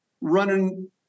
running